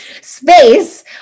space